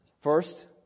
First